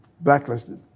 blacklisted